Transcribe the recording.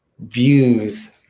views